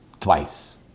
twice